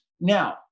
now